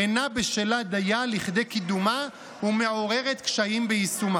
אינה בשלה דייה לקידומה ומעוררת קשיים ביישומה.